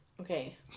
Okay